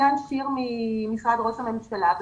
שיר סגל ממשרד ראש הממשלה תיארה את זה מצוין